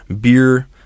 beer